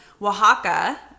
Oaxaca